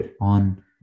on